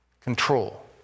Control